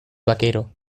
vaquero